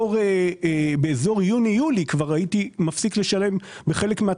בסביבות יוני-יולי כבר הייתי מפסיק לשלם בחלק מן